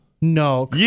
No